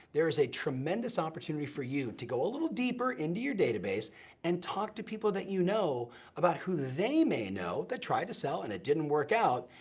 there is a tremendous opportunity for you to go a little deeper into your database and talk to people that you know about who they may know that tried to sell and it didn't work out,